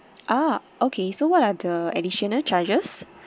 ah okay so what are the additional charges